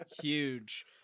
huge